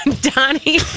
donnie